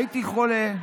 הייתי חולה,